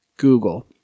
Google